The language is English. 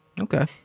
Okay